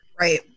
Right